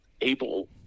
able